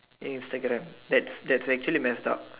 Instagram that's that's actually messed up